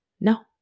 no